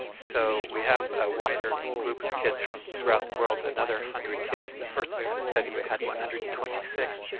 so we have a wider group of kids from throughout the world, another one hundred kids. in the first wave of the study we had one hundred and twenty six,